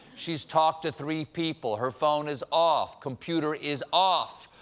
she's talked to three people. her phone is off. computer is off.